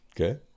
Okay